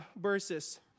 verses